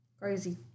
Crazy